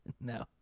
no